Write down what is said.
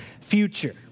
Future